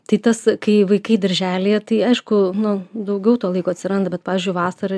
tai tas kai vaikai darželyje tai aišku nu daugiau to laiko atsiranda bet pavyzdžiui vasarą